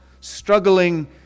struggling